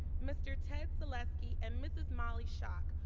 mr. ted zaleski and mrs. molly shock,